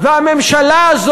לממשלה אין רוב בעם,